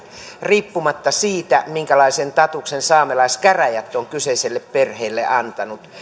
riippumatta siitä minkälaisen statuksen saamelaiskäräjät on kyseiselle perheelle antanut